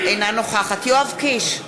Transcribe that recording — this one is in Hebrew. אינה נוכחת יואב קיש,